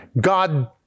God